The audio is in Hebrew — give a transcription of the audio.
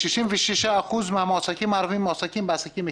66% מהמועסקים הערבים מועסקים בעסקים קטנים.